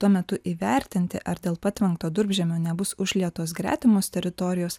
tuo metu įvertinti ar dėl patvenkto durpžemio nebus užlietos gretimos teritorijos